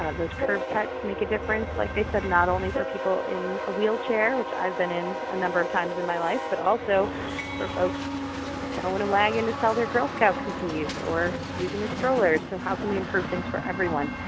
those curb cuts make a difference like they said, not only for people in a wheelchair, which i've been in a number of times in my life, but also for folks towing a wagon to sell their girl scout cookies or using a stroller so how can we improve things for everyone?